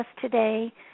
today